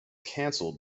cancelled